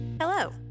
Hello